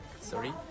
Sorry